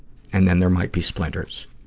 and then there might be splinters.